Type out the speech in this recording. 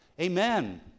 amen